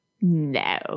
no